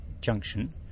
junction